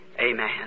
Amen